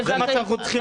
זה מה שמצפים מאיתנו.